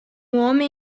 homem